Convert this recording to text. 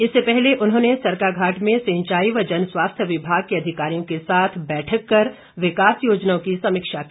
इससे पहले उन्होंने सरकाघाट में सिंचाई व जनस्वास्थ्य विभाग के अधिकारियों के साथ बैठक कर विकास योजनाओं की समीक्षा की